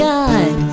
God